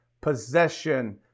possession